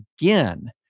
again